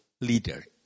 leader